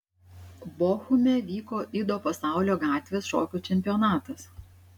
bochume vyko ido pasaulio gatvės šokių čempionatas